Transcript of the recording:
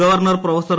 governor professor